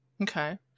Okay